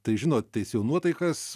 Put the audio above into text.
tai žinot teisėjų nuotaikas